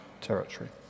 territory